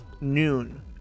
noon